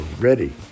ready